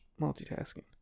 Multitasking